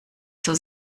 zur